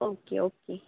okay okay